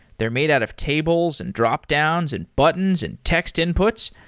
they're made out of tables, and dropdowns, and buttons, and text inputs.